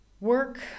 work